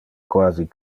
quasi